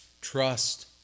Trust